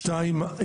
שתיים,